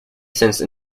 since